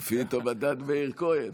תודה רבה.